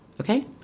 okay